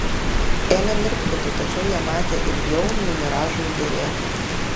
ėmė mirkčioti tačiau ją matė ilgiau nei miražui derėtų